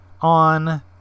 on